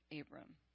Abram